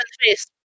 face